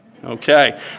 Okay